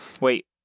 Wait